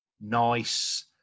nice